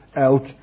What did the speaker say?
elk